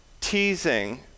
teasing